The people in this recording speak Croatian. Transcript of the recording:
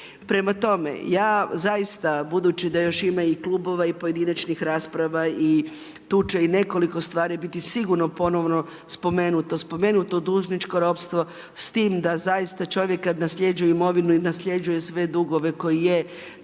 Prema tome, ja zaista budući da još ima i klubova i pojedinačnih rasprava i tu će i nekoliko stvari biti sigurno ponovno spomenuto, spomenuto dužničko ropstvo s tim da zaista čovjek kad nasljeđuje imovinu nasljeđuje sve dugove koji je.